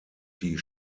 die